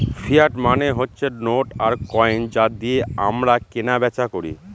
fiat মানে হচ্ছে note আর কয়েন যা দিয়ে আমরা কেনা বেচা করি